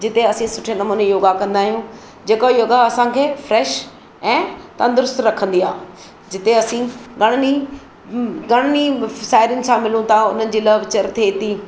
जिते असीं सुठे नमूने योगा कंदा आहियूं जेको योगा असांखे फ्रेश ऐं तंदुरूस्त रखंदी आहे जिते असीं घणनि घणनि साहेड़ियुनि सां मिलूं था उन्हनि जी लवचड़ थिए थी